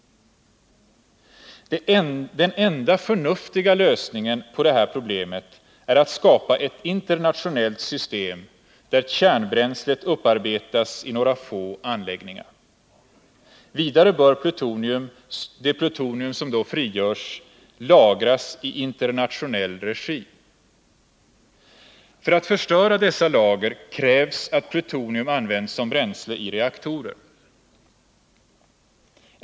Den enda förnuftiga lösningen på detta problem är att skapa ett internationellt system där kärnbränslet upparbetas i några få anläggningar. Vidare bör det plutonium som då frigörs lagras i internationell regi. För att förstöra dessa lager krävs att plutonium används som bränsle i reaktorer.